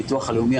הביטוח הלאומי,